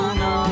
no